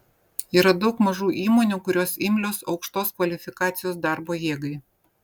yra daug mažų įmonių kurios imlios aukštos kvalifikacijos darbo jėgai